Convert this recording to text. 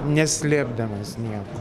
neslėpdamas nieko